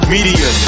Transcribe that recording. Media